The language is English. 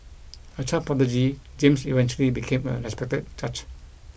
a child prodigy James eventually became a respected judge